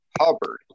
Hubbard